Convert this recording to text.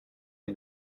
est